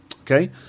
Okay